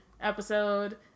episode